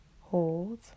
hold